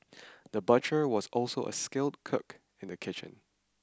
the butcher was also a skilled cook in the kitchen